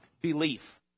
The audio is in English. Belief